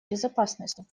безопасности